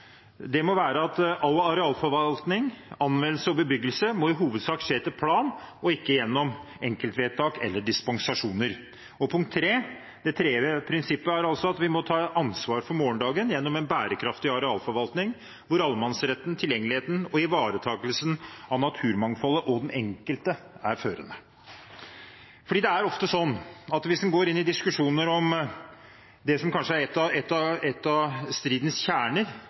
det må selvfølgelig gjøres innenfor et sett av nasjonalt regelverk. Punkt 2: All arealforvaltning, anvendelse og bebyggelse må i hovedsak skje etter plan, og ikke gjennom enkeltvedtak eller dispensasjoner. Og punkt 3 – det tredje prinsippet: Vi må ta ansvar for morgendagen gjennom en bærekraftig arealforvaltning hvor allemannsretten, tilgjengeligheten og ivaretakelsen av naturmangfoldet og den enkelte er føringer. Det er ofte sånn at hvis en går inn i diskusjoner om det som kanskje er en av stridens kjerner